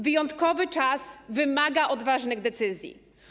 Wyjątkowy czas wymaga odważnych decyzji.